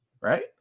Right